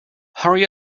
hurry